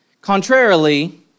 Contrarily